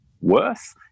worth